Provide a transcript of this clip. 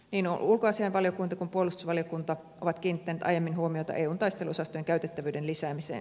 niin ulkoasiainvaliokunta kuin puolustusvaliokunta ovat kiinnittäneet aiemmin huomiota eun taisteluosastojen käytettävyyden lisäämiseen